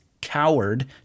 coward